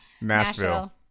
Nashville